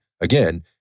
again